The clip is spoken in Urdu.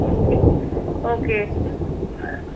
okay okay